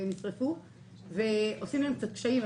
שנשרפו ועושים להם קצת קשיים.